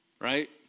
Right